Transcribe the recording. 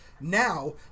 Now